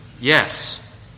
yes